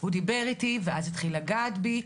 הוא דיבר איתי ואז התחיל לגעת בי.